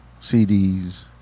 CDs